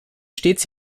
stets